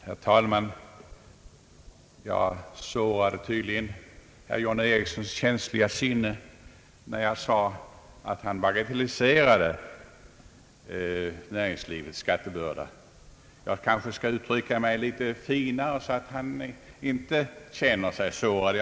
Herr talman! Jag sårade tydligen herr John Ericssons känsliga sinne när jag sade att han bagatelliserade näringsli vets skattebörda. Jag skall uttrycka mig litet finare, så att han inte känner sig sårad.